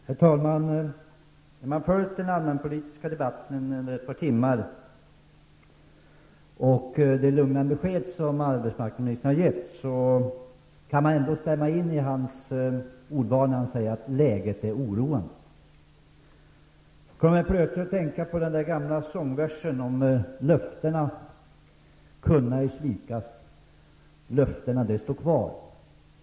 Herr talman! När man har följt den allmänpolitiska debatten under ett par timmar och hört det lugnande besked som arbetsmarknadsministern har gett, kan man ändå instämma i hans ordval när han säger att läget är oroande. Jag kom plötsligt att tänka på den gamla sångversen ''Löftena kunna ej svikas. Nej, de står evigt kvar''.